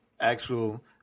actual